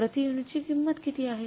प्रति युनिटची किंमत किती आहे